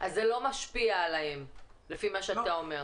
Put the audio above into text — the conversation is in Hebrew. אז זה לא משפיע עליהם, לפי מה שאתה אומר.